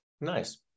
Nice